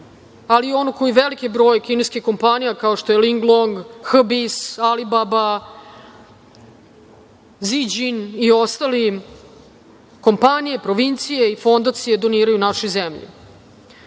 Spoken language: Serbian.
ali i onu koji veliki broj kineskih kompanija kao što su „Ling Long“, „Hbis“, „Alibaba“, „Zi Đin“ i ostale kompanije, provincije i fondacije doniraju našoj zemlji. Kao